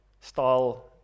style